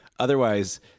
Otherwise